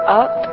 up